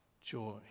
joy